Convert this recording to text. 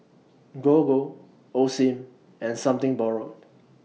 Gogo Osim and Something Borrowed